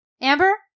Amber